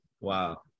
Wow